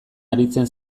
aritzen